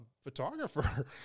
photographer